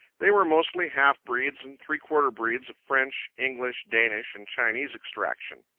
they were mostly half-breeds and three-quarter-breeds of french, english, danish, and chinese extraction.